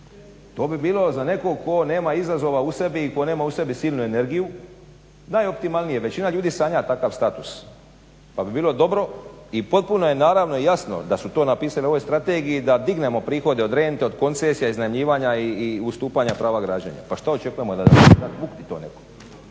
To bi bilo za nekog ko nema izazova u sebi i ko nema u sebi silnu energiju, najoptimalnije, većina ljudi sanja takav status pa bi bilo dobro i potpuno je naravno i jasno da su to napisali u ovoj strategiji da dignemo prihode od rente, od koncesija, iznajmljivanja i ustupanja prava građenja. Pa šta očekujemo da …/Govornik se ne